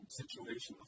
situation